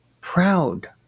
proud